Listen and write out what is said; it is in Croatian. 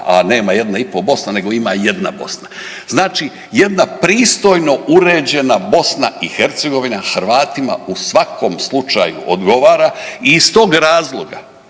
a nema jedna i pol Bosna nego ima jedna Bosna. Znači, jedna pristojno uređena Bosna i Hercegovina Hrvatima u svakom slučaju odgovara i iz tog razloga